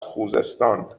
خوزستان